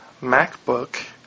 MacBook